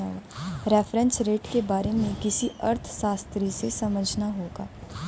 reference rate के बारे में किसी अर्थशास्त्री से समझना होगा